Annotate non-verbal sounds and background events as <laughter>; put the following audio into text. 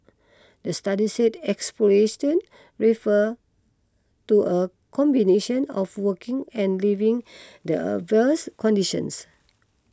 the study said exploitation refers to a combination of working and living <unintelligible> adverse conditions